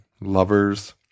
lovers